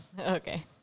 Okay